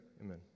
Amen